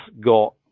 got